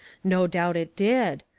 no doubt it did.